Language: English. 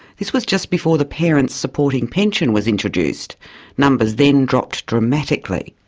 this was just before the parents supporting pension was introduced numbers then dropped dramatically.